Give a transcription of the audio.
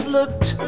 Looked